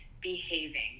behaving